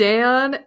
Dan